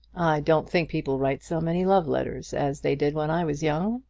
don't think people write so many love-letters as they did when i was young,